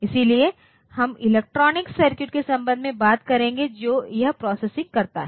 इसलिए हम electronic circuit के संदर्भ में बात करेंगे जो यह प्रोसेसिंग करता है